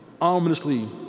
ominously